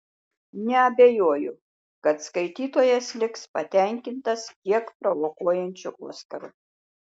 neabejoju kad skaitytojas liks patenkintas kiek provokuojančiu oskaru